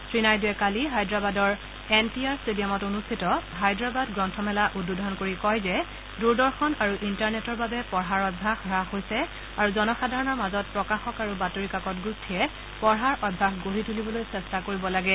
শ্ৰীনাইডুৱে কালি হায়দৰাবাদৰ এন টি আৰ ট্টেডিয়ামত অনুষ্ঠিত হায়দৰাবাদ গ্ৰন্থমেলা উদ্বোধন কৰি কয় যে দূৰদৰ্শনৰ আৰ ইণ্টাৰনেটৰ বাবে পঢ়াৰ অভ্যাস হ্ৱাস হোৱা জনসাধাৰণৰ মাজত প্ৰকাশক আৰু বাতৰি কাকত গোষ্ঠীয়ে পঢ়াৰ অভ্যাস গঢ়ি তুলিবলৈ চেষ্টা কৰিব লাগে